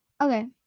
Okay